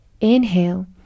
inhale